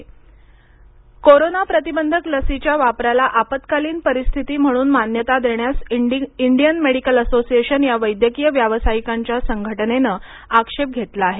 corona लस आपत्कालीन वापर कोरोना प्रतिबंधक लसीच्या वापराला आपत्कालीन परिस्थिती म्हणून मान्यता देण्यास इंडियन मेडिकल असोसिएशन या वैद्यकीय व्यावसायिकांच्या संघटनेनं आक्षेप घेतला आहे